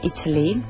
Italy